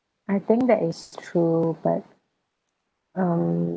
I think that is true but um